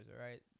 right